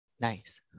Nice